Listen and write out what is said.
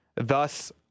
Thus